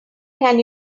can